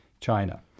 China